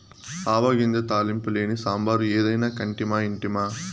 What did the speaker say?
ఆవ గింజ తాలింపు లేని సాంబారు ఏదైనా కంటిమా ఇంటిమా